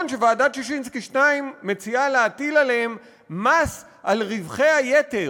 שוועדת ששינסקי 2 מציעה להטיל עליהם מס על רווחי היתר,